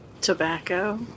tobacco